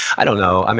i don't know.